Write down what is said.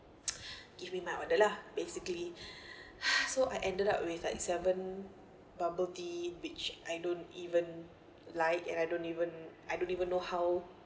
give me my order lah basically so I ended up with like seven bubble tea which I don't even like and I don't even I don't even know how